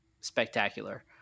spectacular